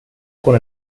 con